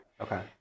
okay